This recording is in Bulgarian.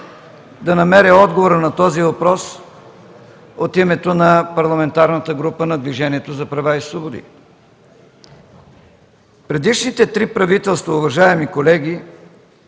да намеря отговора на този въпрос от името на Парламентарната група на Движението за права и свободи. Предишните три правителства, уважаеми колеги,